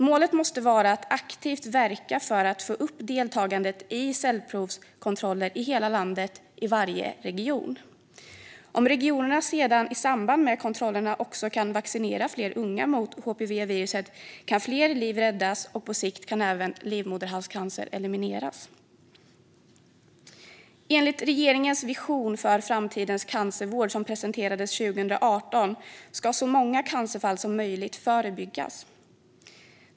Målet måste vara att aktivt verka för att få upp deltagandet i cellprovskontroller i hela landet och i varje region. Om regionerna sedan i samband med kontrollerna också kan vaccinera fler unga mot HPV-viruset kan fler liv räddas och på sikt kan även livmoderhalscancer elimineras. Enligt regeringens vision för framtidens cancervård, som presenterades 2018, ska så många cancerfall som möjligt förebyggas.